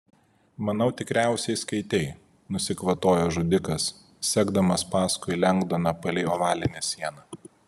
manau tikriausiai skaitei nusikvatojo žudikas sekdamas paskui lengdoną palei ovalinę sieną